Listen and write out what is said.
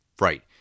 Right